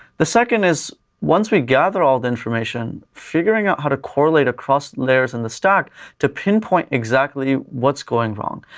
the second is, once we gather all the information, figuring out how to correlate across layers in the stack to pinpoint exactly what's going wrong.